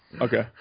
Okay